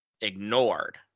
ignored